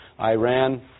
Iran